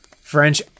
French